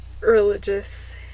religious